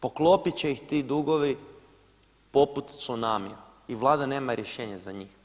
Poklopiti će ih ti dugovi poput tsunamija i Vlada nema rješenja za njih.